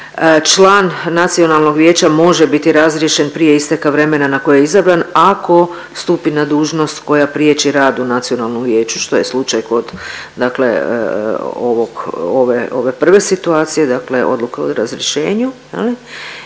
član nacionalnog vijeća može biti razriješen prije isteka vremena na koje je izabran ako stupi na dužnost koja priječi rad u nacionalnom vijeću, što je slučaj kod dakle ovog, ove prve situacije, dakle odluke o razrješenju,